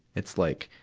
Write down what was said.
it's like,